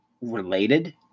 related